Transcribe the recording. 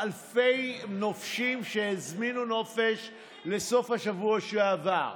אלפי נופשים שהזמינו נופש לסוף השבוע שעבר.